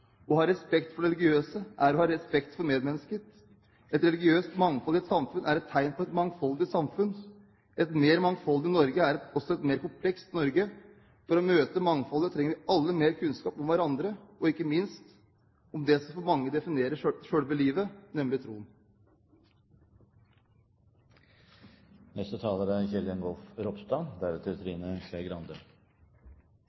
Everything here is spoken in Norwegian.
Å ha respekt for det religiøse er å ha respekt for medmennesker. Et religiøst mangfold i et samfunn er et tegn på et mangfoldig samfunn. Et mer mangfoldig Norge er også et mer komplekst Norge. For å møte mangfoldet trenger vi alle mer kunnskap om hverandre og ikke minst om det som for mange definerer selve livet, nemlig troen. Retten til å tru det ein vil, er